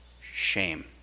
shame